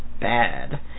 bad